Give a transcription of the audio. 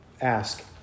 ask